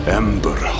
ember